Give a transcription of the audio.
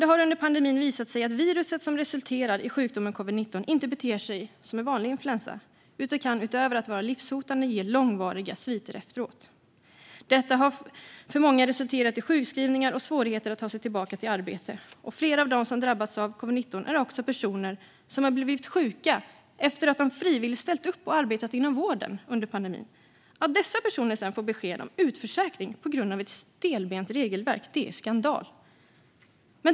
Det har under pandemin visat sig att viruset som resulterar i sjukdomen covid-19 inte beter sig som en vanlig influensa utan kan, utöver att vara livshotande, ge långvariga sviter efteråt. Detta har för många resulterat i sjukskrivningar och svårigheter att ta sig tillbaka till arbete. Flera av dem som drabbats av covid-19 är också personer som blivit sjuka efter att frivilligt ha ställt upp och arbetat inom vården under pandemin. Att dessa personer sedan får besked om utförsäkring på grund av ett stelbent regelverk är skandal.